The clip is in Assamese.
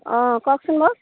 অঁ কওকচোন বাৰু